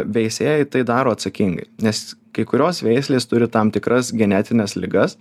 veisėjai tai daro atsakingai nes kai kurios veislės turi tam tikras genetines ligas